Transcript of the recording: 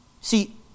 See